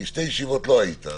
כי בשתי ישיבות לא היית.